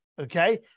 Okay